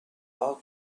how